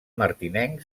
martinenc